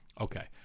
Okay